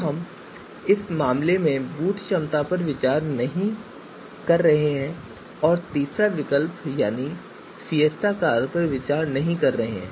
तो इस मामले में बूट क्षमता पर विचार नहीं किया गया है और तीसरा विकल्प यानी फिएस्टा कार पर विचार नहीं किया गया है